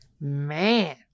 Man